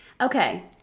Okay